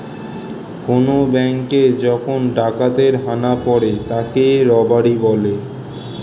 কোন ব্যাঙ্কে যখন ডাকাতের হানা পড়ে তাকে রবারি বলে